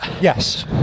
Yes